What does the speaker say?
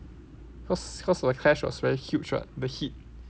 cause cause the crash was very huge [what] the heat